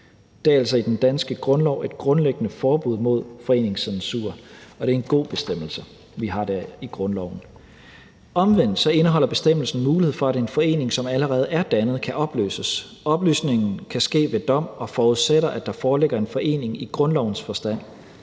Der er altså i den danske grundlov et grundlæggende forbud mod foreningscensur, og det er en god bestemmelse, vi har der i grundloven. Omvendt indeholder bestemmelsen mulighed for, at en forening, som allerede er dannet, kan opløses. Opløsningen kan ske ved dom og forudsætter, at der foreligger en forening i grundlovens forstand.